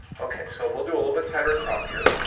okay, so we'll do a little bit tighter crop here.